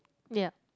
ya